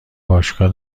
باشگاه